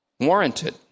Warranted